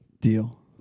Deal